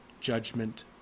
judgment